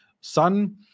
sun